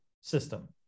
system